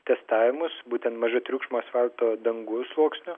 testavimus būtent mažatriukšmių asfalto dangų sluoksnių